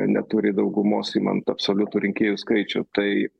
neturi daugumos imant absoliutų rinkėjų skaičių tai